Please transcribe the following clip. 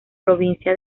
provincia